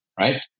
right